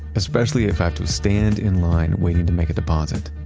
especially if i have to stand in line waiting to make a deposit,